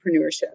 entrepreneurship